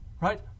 right